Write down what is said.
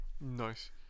Nice